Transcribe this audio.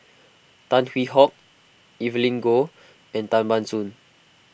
Tan Hwee Hock Evelyn Goh and Tan Ban Soon